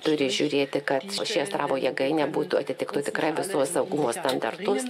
turi žiūrėti kad ši astravo jėgainė būtų atitiktų tikrai visus saugumo standartus